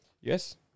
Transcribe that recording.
Yes